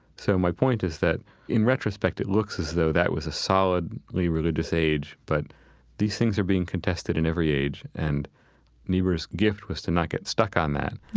so my point is that in retrospect, it looks as though that was a solidly religious age, but these things are being contested in every age. and niebuhr's gift was to not get stuck on that,